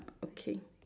okay